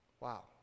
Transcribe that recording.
Wow